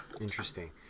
Interesting